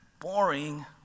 boring